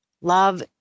Love